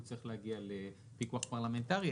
והוא צריך להגיע לפיקוח פרלמנטרי.